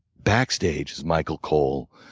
backstage is michael cole,